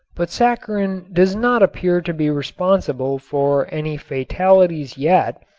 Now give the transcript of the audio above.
but saccharin does not appear to be responsible for any fatalities yet,